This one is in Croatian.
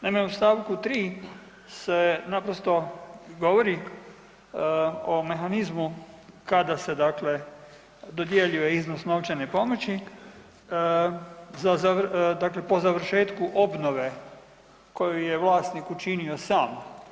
Naime, u st. 3. se naprosto govori o mehanizmu kada se, dakle dodjeljuje iznos novčane pomoći za, dakle po završetku obnove koju je vlasnik učinio sam.